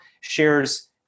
shares